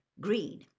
green